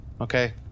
Okay